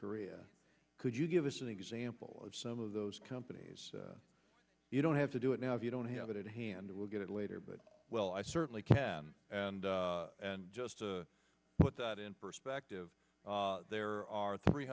korea could you give us an example of some of those companies you don't have to do it now if you don't have it at hand we'll get it later but well i certainly can and just put that in perspective there are three